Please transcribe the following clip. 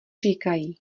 říkají